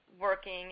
working